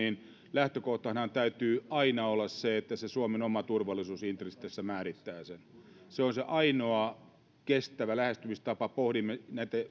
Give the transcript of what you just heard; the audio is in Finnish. lähtökohtanahan täytyy aina olla se että suomen oma turvallisuusintressi tässä määrittää sen se on se ainoa kestävä lähestymistapa pohdimme näitä